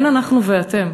אין אנחנו ואתם.